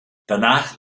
danach